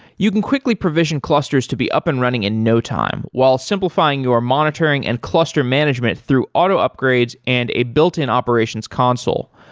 you can quickly provision clusters to be up and running in no time while simplifying your monitoring and cluster management through auto upgrades and a built-in operations console.